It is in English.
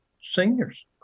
Seniors